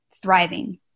thriving